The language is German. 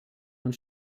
oder